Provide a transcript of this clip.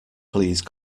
please